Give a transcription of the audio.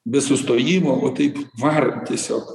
be sustojimo vo taip varant tiesiog